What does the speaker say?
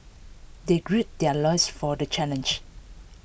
they gird their loins for the challenge